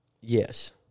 Yes